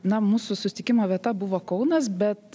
na mūsų susitikimo vieta buvo kaunas bet